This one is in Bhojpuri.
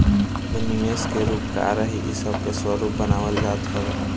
एमे निवेश के रूप का रही इ सब के स्वरूप बनावल जात हवे